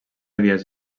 dies